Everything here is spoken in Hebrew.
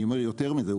אני אומר יותר מזה,